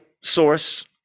source